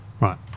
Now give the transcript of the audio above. Right